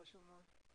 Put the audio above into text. חשוב מאוד.